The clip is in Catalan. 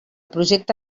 projecte